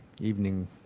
evening